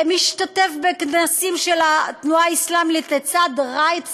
משתתף בכנסים של התנועה האסלאמית לצד ראאד סלאח.